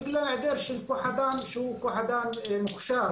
בגלל העדר של כוח אדם שהוא כוח אדם מוכשר.